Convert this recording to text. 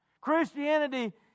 Christianity